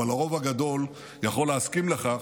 אבל הרוב הגדול יכול להסכים לכך.